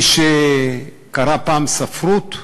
מי שקרא פעם ספרות,